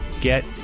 get